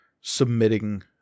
submitting